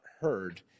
heard